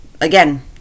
Again